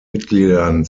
mitgliedern